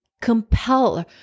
compel